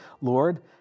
Lord